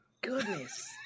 Goodness